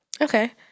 Okay